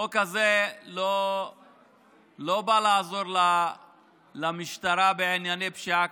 החוק הזה לא בא לעזור למשטרה בענייני פשיעה,